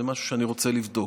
זה משהו שאני רוצה לבדוק.